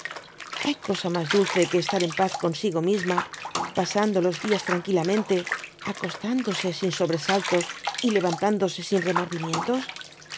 ilay cosa mas dulce que estar en paz consigo misma pasando los dias tranquilamente acostándose sin sobresaltos y levantándose sin remordimientos